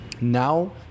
now